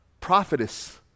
prophetess